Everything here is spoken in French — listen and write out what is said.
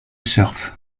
surf